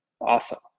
awesome